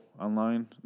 online